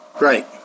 Right